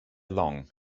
long